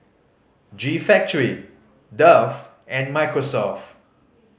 G Factory Dove and Microsoft